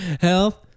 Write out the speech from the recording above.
health